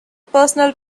personal